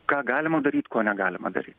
ką galima daryt ko negalima daryt